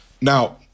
Now